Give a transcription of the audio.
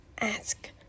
ask